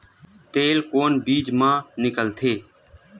तेल कोन बीज मा निकलथे?